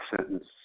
sentence